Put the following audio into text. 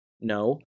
No